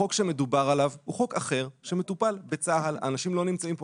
החוק שמדובר עליו הוא חוק אחר שמטופל בצה"ל והאנשים לא נמצאים כאן.